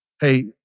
hey